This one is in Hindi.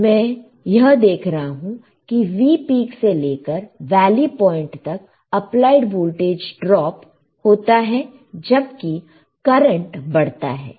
तो मैं यह देख रहा हूं की V पीक से लेकर वैली पॉइंट तक अप्लाइड वोल्टेज ड्रॉप होता है जबकि करंट बढ़ता है